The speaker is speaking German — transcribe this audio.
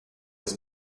des